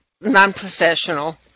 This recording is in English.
Non-professional